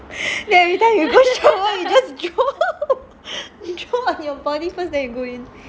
then everytime you shower you just draw draw on your body first then you go in